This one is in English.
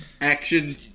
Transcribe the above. action